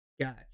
Gotcha